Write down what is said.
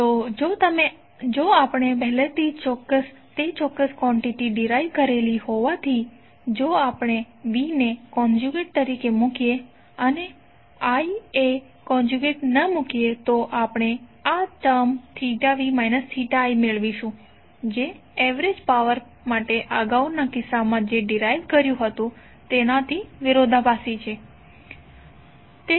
તો જો આપણે પહેલેથી જ તે ચોક્કસ કોન્ટીટી ડિરાઇવ કરેલી હોવાથી જો આપણે V ને કોન્ઝયુગેટ તરીકે મુકીએ અને I એ કોન્ઝયુગેટ ન મુકીએ તો આપણે આ ટર્મ v i મેળવીશું જે એવરેજ પાવર માટે આપણે અગાઉના કિસ્સામાં જે ડિરાઇવ કર્યુ હતુ તેનાથી વિરોધાભાસી હશે